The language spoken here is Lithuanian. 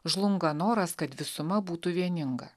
žlunga noras kad visuma būtų vieninga